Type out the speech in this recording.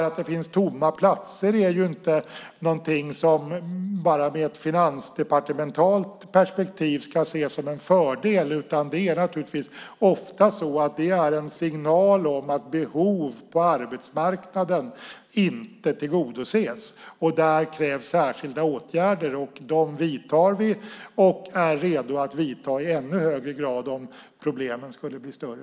Att det finns tomma platser är inte något som bara med ett finansdepartementalt perspektiv ska ses som en fördel, utan det är naturligtvis ofta en signal om att behov på arbetsmarknaden inte tillgodoses. Där krävs särskilda åtgärder, och dem vidtar vi och är redo att vidta i ännu högre grad om problemen skulle bli större.